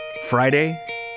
Friday